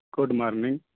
good morning